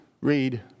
read